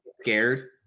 scared